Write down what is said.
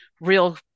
real